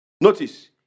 Notice